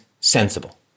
sensible